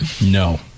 No